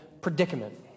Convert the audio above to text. predicament